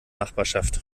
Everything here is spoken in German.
nachbarschaft